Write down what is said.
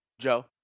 Joe